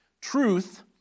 Truth